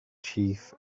chief